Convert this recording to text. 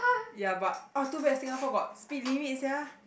ya but too bad Singapore Got speed limit sia